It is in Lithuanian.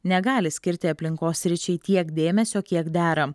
negali skirti aplinkos sričiai tiek dėmesio kiek dera